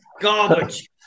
garbage